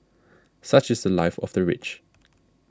such is the Life of the rich